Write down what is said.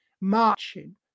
marching